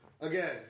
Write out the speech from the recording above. Again